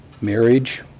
marriage